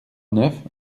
neuf